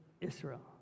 Israel